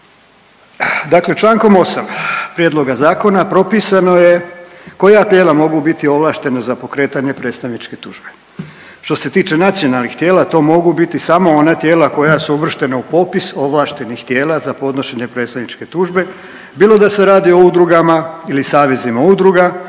Dakle čl. 8. prijedloga zakona propisano je koja tijela mogu biti ovlaštena za pokretanje predstavničke tužbe. Što se tiče nacionalnih tijela to mogu biti samo ona tijela koja su uvrštena u popis ovlaštenih tijela za podnošenje predstavničke tužbe bilo da se radi o udrugama ili savezima udruga